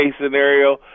scenario